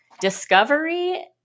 discovery